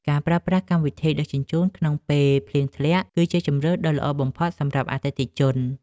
ការប្រើប្រាស់កម្មវិធីដឹកជញ្ជូនក្នុងពេលភ្លៀងធ្លាក់ គឺជាជម្រើសដ៏ល្អបំផុតសម្រាប់អតិថិជន។